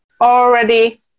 already